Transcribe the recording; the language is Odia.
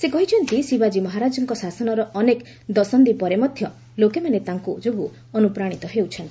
ସେ କହିଛନ୍ତି ଶିବାଜୀ ମହାରାଜଙ୍କ ଶାସନର ଅନେକ ଦଶନ୍ଧି ପରେ ମଧ୍ୟ ଲୋକମାନେ ତାଙ୍କ ଯୋଗୁଁ ଅନୁପ୍ରାଣୀତ ହେଉଛନ୍ତି